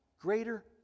greater